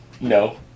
no